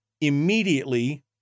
immediately